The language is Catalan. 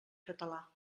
català